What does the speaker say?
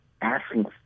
asking